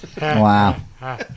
Wow